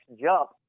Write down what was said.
jump